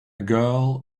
girl